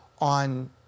on